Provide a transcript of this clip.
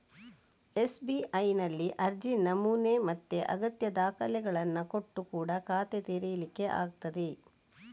ಎಸ್.ಬಿ.ಐನಲ್ಲಿ ಅರ್ಜಿ ನಮೂನೆ ಮತ್ತೆ ಅಗತ್ಯ ದಾಖಲೆಗಳನ್ನ ಕೊಟ್ಟು ಕೂಡಾ ಖಾತೆ ತೆರೀಲಿಕ್ಕೆ ಆಗ್ತದೆ